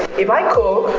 if i cook,